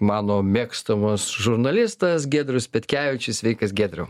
mano mėgstamas žurnalistas giedrius petkevičius sveikas giedriau